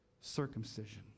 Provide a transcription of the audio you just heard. circumcision